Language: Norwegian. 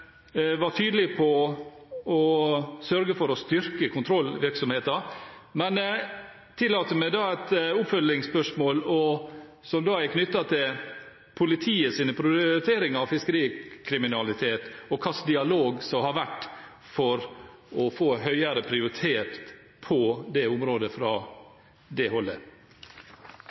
var tydelig på å sørge for å styrke kontrollvirksomheten, men jeg tillater meg et oppfølgingsspørsmål som er knyttet til politiets prioriteringer av fiskerikriminalitet, og hva slags dialog som har vært for å få høyere prioritet på dette området fra det holdet.